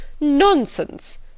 nonsense